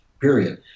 period